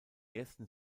ersten